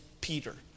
Peter